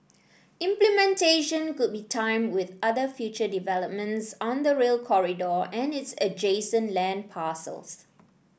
implementation could be timed with other future developments on the Rail Corridor and its adjacent land parcels